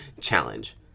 challenge